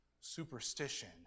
Superstition